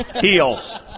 Heels